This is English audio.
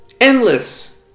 Endless